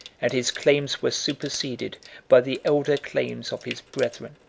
and his claims were superseded by the elder claims of his brethren.